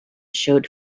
showed